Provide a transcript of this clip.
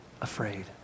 afraid